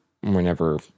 whenever